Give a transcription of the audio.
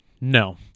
No